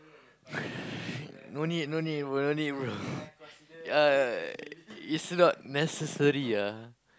no need no need bro no need bro ya it's not necessary ah